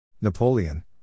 Napoleon